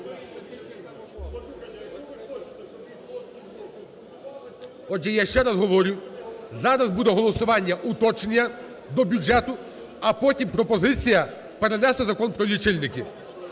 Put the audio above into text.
Отже, я ще раз говорю, зараз буде голосування уточнення до бюджету, а потім пропозиція перенести Закон про лічильники.